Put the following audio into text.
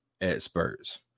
experts